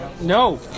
No